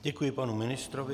Děkuji panu ministrovi.